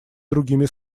другими